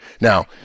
now